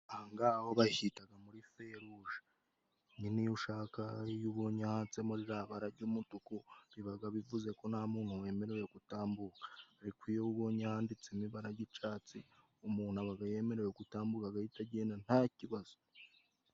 Ahangaha ho bashira muri feruje, nyine iyo ushaka, iyo ubonye handitsemo ririya bara ry'umutuku biba bivuze ko nta muntu wemerewe gutambuka, ariko iyo ubonye handitsemo ibara ry'icatsi, umuntu aba yemerewe gutambuka agahita agenda nta kibazo.